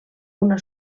una